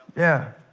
yeah